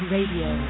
Radio